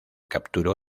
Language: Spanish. capturó